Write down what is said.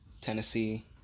Tennessee